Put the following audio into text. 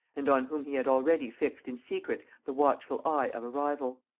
and on whom he had already fixed in secret the watchful eye of a rival.